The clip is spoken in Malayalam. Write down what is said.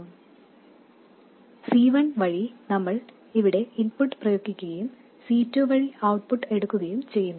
C1 വഴി നമ്മൾ ഇവിടെ ഇൻപുട്ട് പ്രയോഗിക്കുകയും C2 വഴി ഔട്ട്പുട്ട് എടുക്കുകയും ചെയ്യുന്നു